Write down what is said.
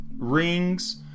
Rings